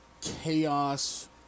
chaos